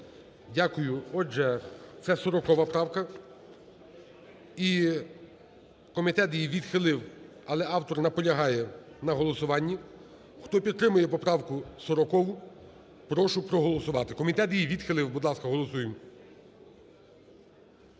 Дякую. Отже, це 40 правка. І комітет її відхилив, але автор наполягає на голосуванні. Хто підтримує поправку 40, прошу проголосувати. Комітет її відхилив. Будь ласка, голосуємо.